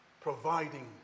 Providing